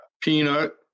Peanut